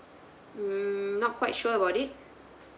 mm not quite sure about it